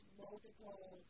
multiple